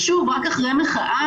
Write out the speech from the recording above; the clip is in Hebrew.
רק אחרי מחאה,